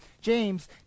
James